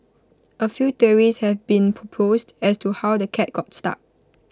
A few theories have been proposed as to how the cat got stuck